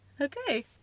okay